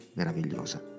meravigliosa